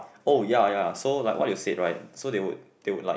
oh ya ya so like what you said right so they would they would like